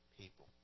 people